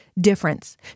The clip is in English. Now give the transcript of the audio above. difference